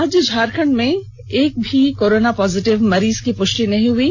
आज झारखंड में अब तक एक भी कोरोना पॉजिटिव मरीजों की पुष्टि नहीं हुई है